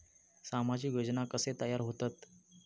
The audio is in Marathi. सामाजिक योजना कसे तयार होतत?